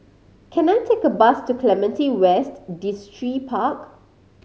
can I take a bus to Clementi West Distripark